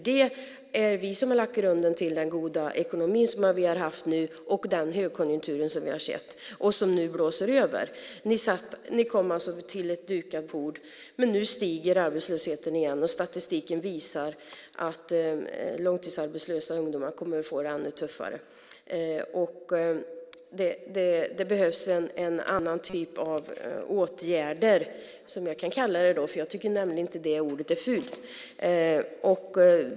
Det är vi som har lagt grunden till den goda ekonomi och högkonjunktur som vi har haft nu. Nu blåser den över. Ni kom till ett dukat bord. Men nu stiger arbetslösheten igen, och statistiken visar att långtidsarbetslösa ungdomar kommer att få det ännu tuffare. Det behövs en annan typ av åtgärder, som jag kan kalla det, för jag tycker nämligen inte att det ordet är fult.